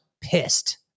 pissed